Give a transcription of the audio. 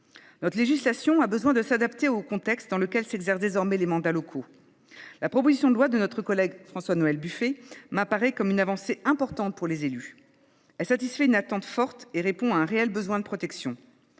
Notre législation doit être adaptée au contexte dans lequel s’exercent désormais les mandats locaux. La proposition de loi de François Noël Buffet m’apparaît comme une avancée importante pour les élus. Elle satisfait une attente forte et répond à un réel besoin de protection.